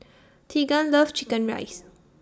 Tegan loves Chicken Rice